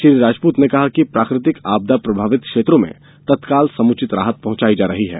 श्री राजपूत ने कहा कि प्राकृतिक आपदा प्रभावित क्षेत्रों में तत्काल समुचित राहत पहँचाई जा रही है